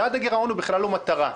יעד הגירעון הוא בכלל לא מטרה.